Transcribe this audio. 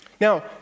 Now